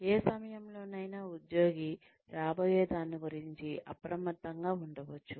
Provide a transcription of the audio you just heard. ఏ సమయంలోనైన ఉద్యోగి రాబోయే దాని గురించి అప్రమత్తంగా ఉండవచ్చు